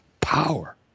power